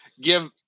give